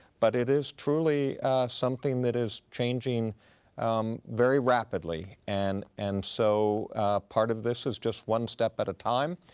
but it is truly something that is changing very rapidly. and and so part of this is just one step at a time.